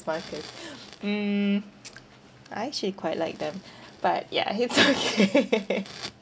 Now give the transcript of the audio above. markers mm I actually quite like them but ya it's okay